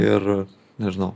ir nežinau